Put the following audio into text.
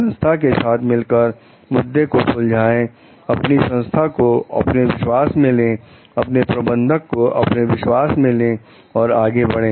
संस्था के साथ मिलकर मुद्दे को सुलझाएं अपनी संस्था को अपने विश्वास में ले अपने प्रबंधक को अपने विश्वास में ले और आगे बढ़े